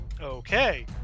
Okay